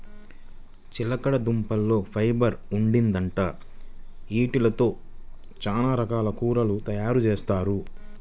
చిలకడదుంపల్లో ఫైబర్ ఉండిద్దంట, యీటితో చానా రకాల కూరలు తయారుజేత్తారు